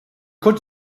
could